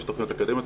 יש תכניות אקדמיות,